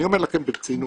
אני אומר לכם ברצינות.